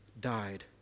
died